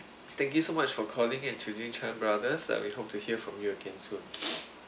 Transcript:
thank you so much for calling and choosing Chan brothers that we hope to hear from you again soon